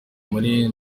muri